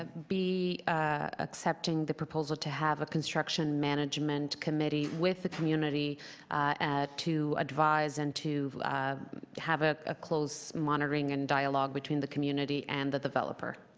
ah be ah accepting the proposal to have a construction management committee with the community to advise and to have a a close monitoring and dialogue between the community and the developer?